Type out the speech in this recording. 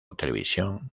televisión